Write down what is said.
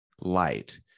light